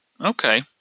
Okay